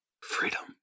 Freedom